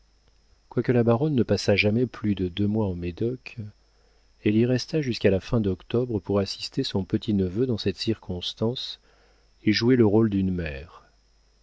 quoique la baronne ne passât jamais plus de deux mois en médoc elle y resta jusqu'à la fin d'octobre pour assister son petit-neveu dans cette circonstance et jouer le rôle d'une mère